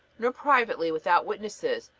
nor privately without witnesses,